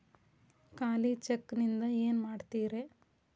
ಖಾಲಿ ಚೆಕ್ ನಿಂದ ಏನ ಮಾಡ್ತಿರೇ?